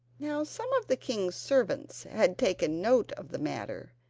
now some of the king's servants had taken note of the matter,